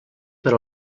per